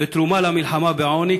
ותרומה למלחמה בעוני,